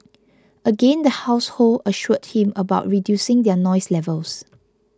again the household assured him about reducing their noise levels